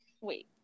Wait